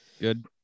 good